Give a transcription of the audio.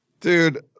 Dude